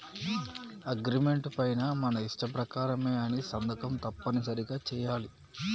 agreement పైన మన ఇష్ట ప్రకారమే అని సంతకం తప్పనిసరిగా చెయ్యాలి